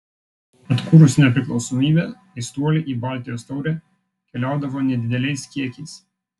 atkūrus nepriklausomybę aistruoliai į baltijos taurę keliaudavo nedideliais kiekiais